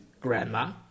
grandma